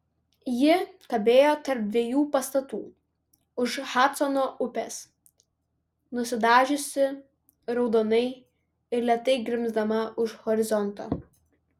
ji kabėjo tarp dviejų pastatų už hadsono upės nusidažiusi raudonai ir lėtai grimzdama už horizonto